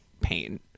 pain